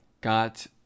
got